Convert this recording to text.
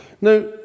Now